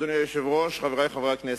אדוני היושב-ראש, חברי חברי הכנסת,